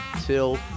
Till